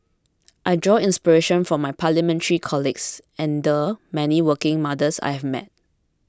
I draw inspiration from my Parliamentary colleagues and the many working mothers I have met